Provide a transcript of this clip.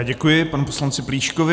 Děkuji panu poslanci Plíškovi.